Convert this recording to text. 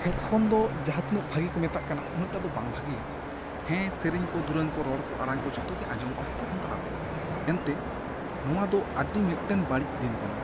headphone ᱫᱚ ᱡᱟᱦᱟᱸ ᱛᱤᱱᱟᱹᱜ ᱵᱷᱟᱜᱮ ᱠᱚ ᱢᱮᱛᱟᱜ ᱠᱟᱱᱟ ᱩᱱᱟᱹᱜ ᱴᱟᱝ ᱫᱚ ᱵᱟᱝ ᱵᱷᱟᱹᱵᱤᱭᱟ ᱦᱮᱸ ᱥᱮᱨᱮᱧ ᱠᱚ ᱫᱩᱨᱟᱝ ᱠᱚ ᱨᱚᱲ ᱠᱚ ᱟᱲᱟᱝ ᱠᱚ ᱡᱷᱚᱛᱚ ᱜᱮ ᱟᱸᱡᱚᱢᱚᱜ ᱟ ᱦᱮᱰᱯᱷᱚᱱ ᱛᱟᱞᱟ ᱛᱮ ᱮᱱᱛᱮ ᱱᱚᱣᱟ ᱫᱚ ᱟᱹᱰᱤ ᱢᱤᱫᱴᱟᱝ ᱵᱟᱹᱲᱤᱡ ᱫᱤᱱ ᱠᱟᱱᱟ